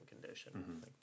condition